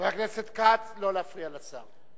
חבר הכנסת כץ, לא להפריע לשר.